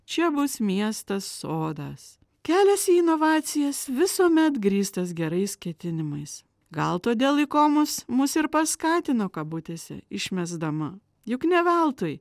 čia bus miestas sodas kelias į inovacijas visuomet grįstas gerais ketinimais gal todėl ikonos mus ir paskatino kabutėse išmesdama juk ne veltui